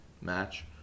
match